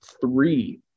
three